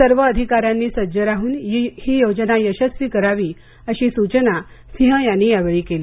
सर्व अधिकाऱ्यांनी सज्ज राहून ही योजना यशस्वी करावी अशी सुचना सिंग यांनी यावेळी केली